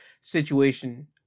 situation